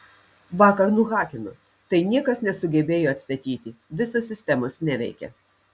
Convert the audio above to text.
vakar nuhakino tai niekas nesugebėjo atstatyti visos sistemos neveikia